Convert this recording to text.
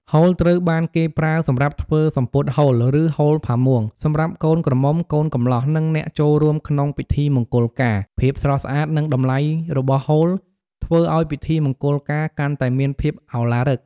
ហូលត្រូវបានគេប្រើសម្រាប់ធ្វើ សំពត់ហូល ឬ ហូលផាមួង សម្រាប់កូនក្រមុំ កូនកំលោះ និងអ្នកចូលរួមក្នុងពិធីមង្គលការ ភាពស្រស់ស្អាត និងតម្លៃរបស់ហូល ធ្វើឱ្យពិធីមង្គលការកាន់តែមានភាពឱឡារិក។